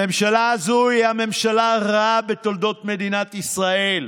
הממשלה הזאת היא הממשלה הרעה בתולדות מדינת ישראל,